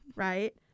Right